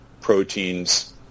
proteins